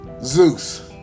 Zeus